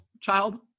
child